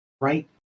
Right